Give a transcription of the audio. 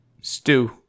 Stew